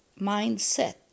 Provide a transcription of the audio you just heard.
mindset